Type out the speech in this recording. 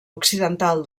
occidental